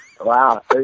Wow